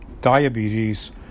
diabetes